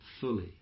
fully